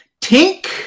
tink